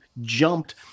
jumped